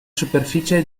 superficie